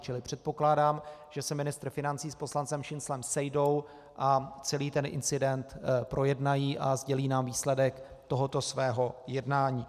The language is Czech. Čili předpokládám, že se ministr financí s poslancem Šinclem sejdou a celý incident projednají a sdělí nám výsledek tohoto svého jednání.